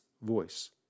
voice